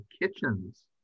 kitchens